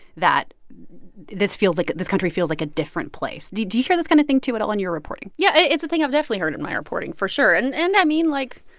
that this feels like this country feels like a different place. do do you hear this kind of thing, too, out when you're reporting? yeah. it's a thing i've definitely heard in my reporting, for sure. and and i mean, like,